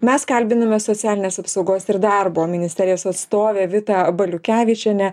mes kalbiname socialinės apsaugos ir darbo ministerijos atstovę vitą baliukevičienę